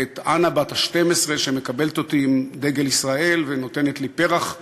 ואת אנה בת ה-12 שמקבלת אותי עם דגל ישראל ונותנת לי פרח צהוב,